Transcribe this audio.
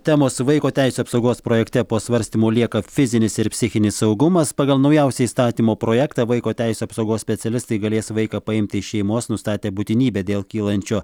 temos vaiko teisių apsaugos projekte po svarstymų lieka fizinis ir psichinis saugumas pagal naujausią įstatymo projektą vaiko teisių apsaugos specialistai galės vaiką paimti iš šeimos nustatę būtinybę dėl kylančio